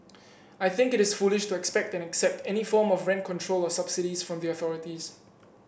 I think it is foolish to expect and accept any form of rent control or subsidies from the authorities